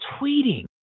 tweeting